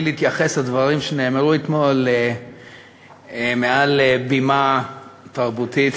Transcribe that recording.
להתייחס לדברים שנאמרו אתמול מעל בימה תרבותית.